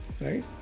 right